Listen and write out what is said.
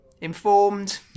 informed